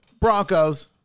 Broncos